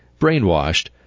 brainwashed